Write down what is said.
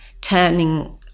turning